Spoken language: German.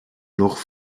noch